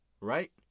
Right